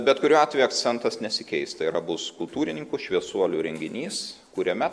bet kuriuo atveju akcentas nesikeis tai yra bus kultūrininkų šviesuolių renginys kuriame